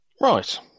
Right